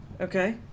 okay